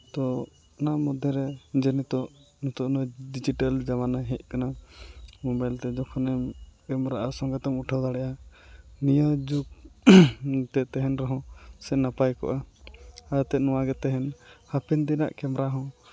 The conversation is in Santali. ᱛᱚ ᱚᱱᱟ ᱢᱚᱫᱽᱫᱷᱮ ᱨᱮ ᱡᱮ ᱱᱤᱛᱳᱜ ᱱᱚᱣᱟ ᱰᱤᱡᱤᱴᱮᱞ ᱡᱚᱢᱟᱱᱟ ᱦᱮᱡ ᱟᱠᱟᱱᱟ ᱢᱳᱵᱟᱭᱤᱞ ᱛᱮ ᱡᱚᱠᱷᱚᱱᱮᱢ ᱠᱮᱢᱮᱨᱟᱜᱼᱟ ᱥᱚᱸᱜᱮᱛᱮᱢ ᱩᱴᱷᱟᱹᱣ ᱫᱟᱲᱭᱟᱜᱼᱟ ᱱᱤᱭᱟᱹ ᱡᱩᱜᱽ ᱢᱚᱫᱽᱫᱷᱮ ᱛᱮᱦᱮᱱ ᱨᱮᱦᱚᱸ ᱥᱮ ᱱᱟᱯᱟᱭ ᱠᱚᱜᱼᱟ ᱟᱨᱛᱮᱫ ᱱᱚᱣᱟ ᱜᱮ ᱛᱮᱦᱮᱧ ᱦᱟᱯᱮᱱ ᱫᱤᱱᱟᱜ ᱠᱮᱢᱮᱨᱟ ᱦᱚᱸ